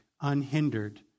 unhindered